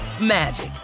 magic